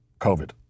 COVID